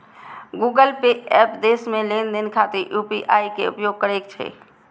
Google Pay app देश मे लेनदेन खातिर यू.पी.आई के उपयोग करै छै